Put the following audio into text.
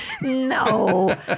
No